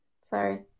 Sorry